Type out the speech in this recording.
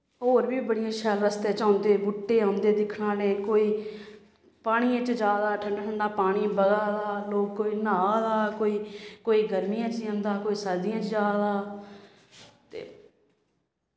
होर बी बड़ियां शैल रस्ते च औंदे बूह्टे औंदे दिक्खने आह्ले कोई पानियै च जा दा ठंडा ठंडा पानी बगा दा लोग कोई न्हा दा कोई कोई गर्मियें च जंदा कोई सर्दियें च जा दा ते